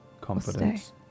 confidence